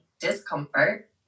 discomfort